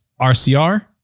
RCR